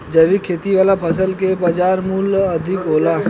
जैविक खेती वाला फसल के बाजार मूल्य अधिक होला